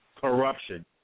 corruption